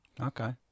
Okay